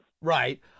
Right